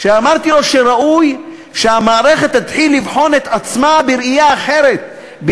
ואמרתי לו שראוי שהמערכת תתחיל לבחון את עצמה בראייה אחרת,